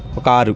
ఒక ఆరు